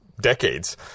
decades